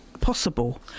possible